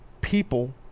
people